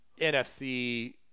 NFC